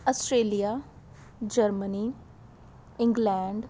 Australia Germany England